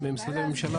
ממשרדי הממשלה?